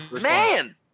man